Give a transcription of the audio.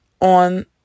on